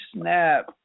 snap